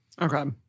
Okay